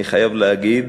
אני חייב להגיד